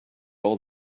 all